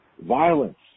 violence